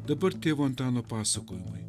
dabar tėvo antano pasakojimai